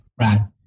Right